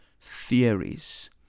theories